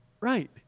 Right